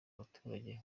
abaturage